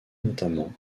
notamment